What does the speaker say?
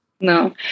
No